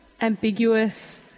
ambiguous